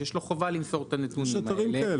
שיש לו חובה למסור את הנתונים האלה.